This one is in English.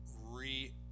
re